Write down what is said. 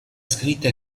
scritta